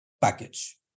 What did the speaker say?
package